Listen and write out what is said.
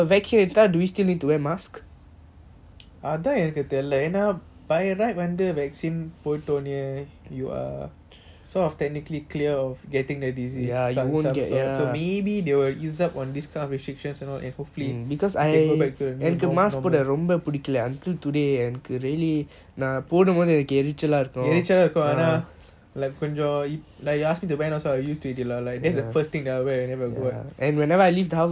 அதன் என்னக்கு தெரில என்ன:athan ennaku terila enna by right நீ:nee vaccine போட ஒடனே:pota odaney you are sort of technically clear of getting the disease or you won't get so maybe they will ease up on this kind of restrictions you know and hopefully can go back to the normal எரிச்சலை இருக்கும் ஆனா:erichala irukum aana like கொஞ்சம்:konjam like you ask me to wear also I used to it lah like that's the first thing I will wear whenever I go out ya correct correct correct